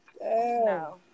no